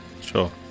Sure